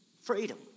Freedom